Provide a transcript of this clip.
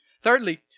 Thirdly